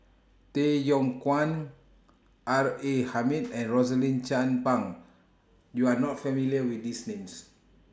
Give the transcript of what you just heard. Tay Yong Kwang R A Hamid and Rosaline Chan Pang YOU Are not familiar with These Names